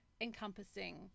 encompassing